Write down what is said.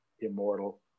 immortal